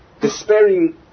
despairing